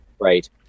Right